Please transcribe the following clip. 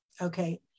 okay